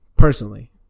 personally